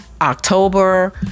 October